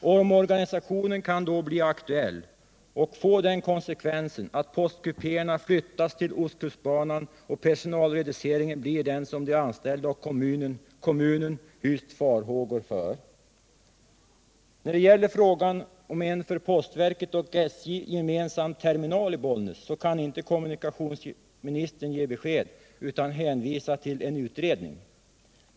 En omorganisation kan då bli aktuell och få konsekvensen att postkupéerna flyttas till ostkustbanan, och personalreduceringen blir den som de anställda och kommunen hyst farhågor för. När det gäller frågan om en för postverket och SJ gemensam terminal i Bollnäs kan inte kommunikationsministern ge besked utan hänvisar till en utredning.